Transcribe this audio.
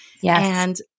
yes